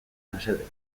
mesedez